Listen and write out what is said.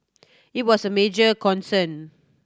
it was a major concern